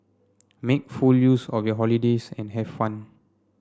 make full use of your holidays and have fun